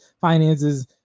finances